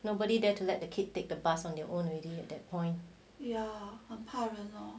nobody dare to let the kid take the bus on their own already at that point